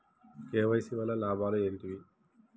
KYC వల్ల లాభాలు ఏంటివి?